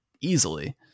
easily